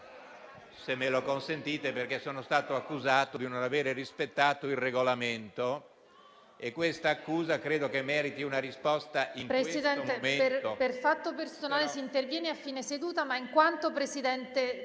se me lo consentite, perché sono stato accusato di non aver rispettato il Regolamento e credo che una tale accusa meriti una risposta in questo momento. PRESIDENTE. Presidente Balboni, per fatto personale si interviene a fine seduta. Ma, in quanto Presidente